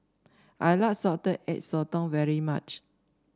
I like Salted Egg Sotong very much